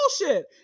bullshit